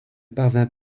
parvint